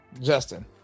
Justin